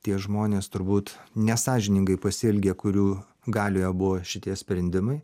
tie žmonės turbūt nesąžiningai pasielgė kurių galioje buvo šitie sprendimai